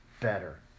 better